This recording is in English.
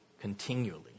continually